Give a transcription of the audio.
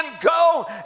go